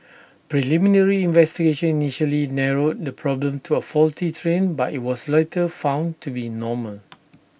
preliminary investigation initially narrowed the problem to A faulty train but IT was later found to be normal